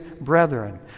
brethren